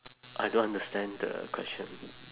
I don't understand the question